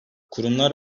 kurumlar